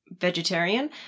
vegetarian